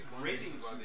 Ratings